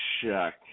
check